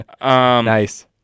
Nice